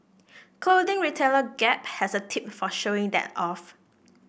clothing retailer Gap has a tip for showing that off